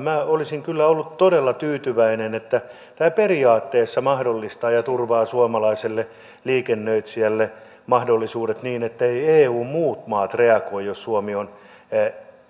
minä olisin kyllä ollut todella tyytyväinen että tämä periaatteessa mahdollistaa ja turvaa suomalaiselle liikennöitsijälle mahdollisuudet niin etteivät eun muut maat reagoi jos suomi on